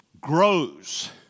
grows